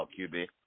QB